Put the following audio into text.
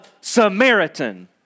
Samaritan